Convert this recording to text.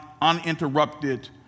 uninterrupted